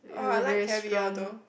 oh I like caviar though